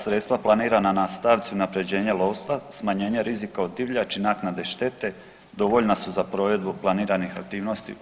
Sredstva planirana na stavci unaprjeđenja lovstva, smanjenje rizika od divljači, naknadi štete dovoljna su za provedbu planiranih aktivnosti u 2022.